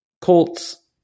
Colts